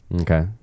Okay